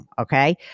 Okay